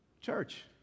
church